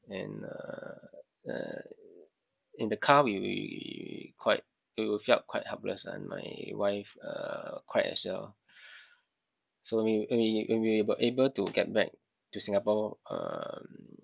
then uh uh in the car we we we we quite we were felt quite helpless lah and my wife uh cried as well so when we when we were able to get back to Singapore um